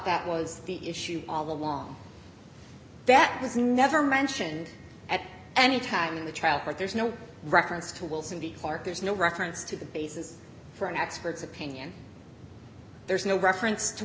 that was the issue all along that was never mentioned at any time in the trial but there's no reference to wilson the part there's no reference to the basis for an expert's opinion there's no reference to